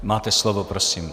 Máte slovo, prosím.